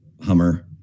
Hummer